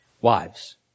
Wives